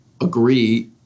agree